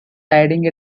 hiding